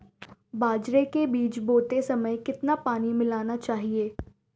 बाजरे के बीज बोते समय कितना पानी मिलाना चाहिए?